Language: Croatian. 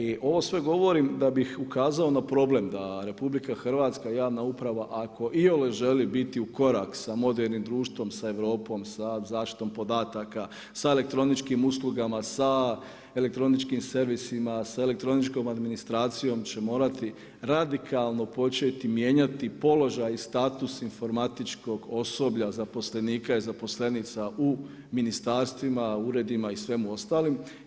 I ovo sve govorim da bih ukazao na problem, da RH, javna uprava, ako i ona želi biti u korak sa modernim društvom, sa zaštitom podataka, sa elektroničkim uslugama, sa elektroničkim servisima, sa elektroničkom administracijom, će morati radikalno početi mijenjati položaj i status informatičkog osoblja, zaposlenika i zaposlenica u ministarstvima, uredima i svemu ostalim.